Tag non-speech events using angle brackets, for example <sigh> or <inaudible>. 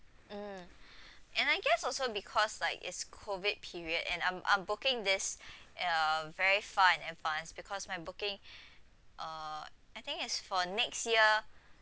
mm <breath> and I guess also because like it's COVID period and I'm I'm booking this <breath> err very far and advance because my booking <breath> uh I think it's for next year